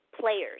players